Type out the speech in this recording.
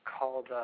called